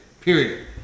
Period